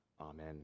Amen